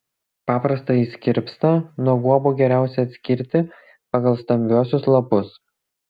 paprastąjį skirpstą nuo guobų geriausia atskirti pagal stambiuosius lapus